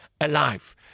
alive